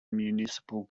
municipal